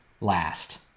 last